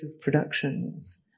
productions